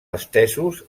estesos